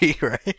right